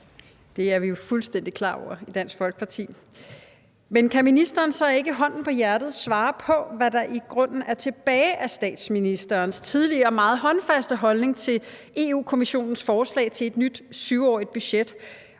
Det er vi jo fuldstændig klar over i Dansk Folkeparti. Men kan ministeren så ikke – hånden på hjertet – svare på, hvad der i grunden er tilbage af statsministerens tidligere meget håndfaste holdning til Europa-Kommissionens forslag til et nyt 7-årigt budget?